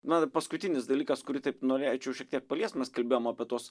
na paskutinis dalykas kurį taip norėčiau šiek tiek paliest mes kalbėjom apie tuos